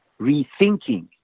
rethinking